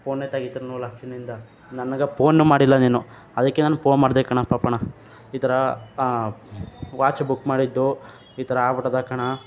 ಪೊನೇ ತೆಗಿತಿರ್ಲ ನನಗೆ ಪೋನ್ ಮಾಡಿಲ್ಲ ನೀನು ಅದಕ್ಕೆ ನಾನು ಪೋನ್ ಮಾಡಿದೆ ಕಣ ಪಾಪಣ ಈ ಥರಾ ವಾಚ್ ಬುಕ್ ಮಾಡಿದ್ದು ಈ ಥರಾ ಆಗ್ಬಿಟದೆ ಕಣ